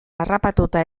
harrapatuta